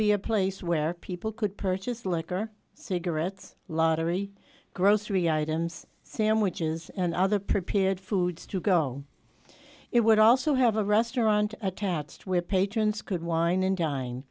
be a place where people could purchase liquor cigarettes lottery grocery items sandwiches and other prepared foods to go it would also have a restaurant attached where patrons could wine and dine